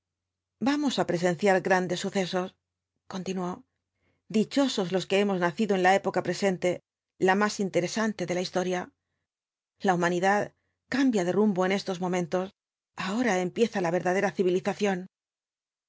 vamos á presenciar grandes sucesos continuó dichosos los que hemos nacido en la época presente la más interesante de la historia la humanidad cambia de rumbo en estos momentos ahora empieza la verdadera civilización